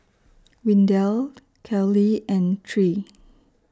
Windell Kellee and Tre